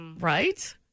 Right